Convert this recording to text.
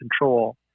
control